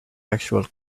actual